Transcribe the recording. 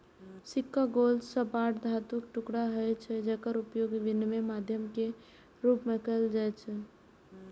सिक्का गोल, सपाट धातुक टुकड़ा होइ छै, जेकर उपयोग विनिमय माध्यम के रूप मे कैल जाइ छै